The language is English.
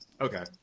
Okay